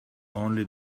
only